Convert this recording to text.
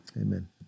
amen